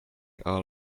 all